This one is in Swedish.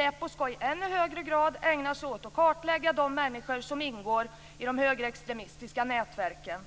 SÄPO ska i ännu högre grad ägna sig åt att kartlägga de människor som ingår i de högerextremistiska nätverken.